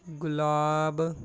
ਗੁਲਾਬ